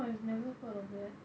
!wah! I've never heard of that